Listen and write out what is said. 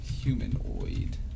humanoid